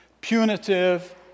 punitive